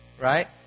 right